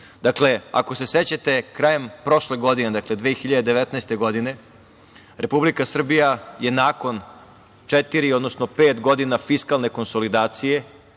godine. Dakle, ako se sećate, krajem prošle godine, dakle, 2019. godine, Republika Srbija je nakon četiri, odnosno pet godina fiskalne konsolidacije,